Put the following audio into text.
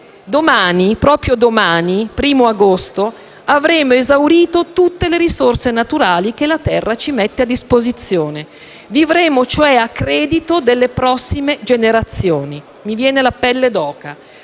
day*. Proprio domani, il 1º agosto, avremo esaurito tutte le risorse naturali che la Terra ci mette a disposizione: vivremo, cioè, a credito delle prossime generazioni. Mi viene la pelle d'oca.